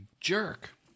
jerk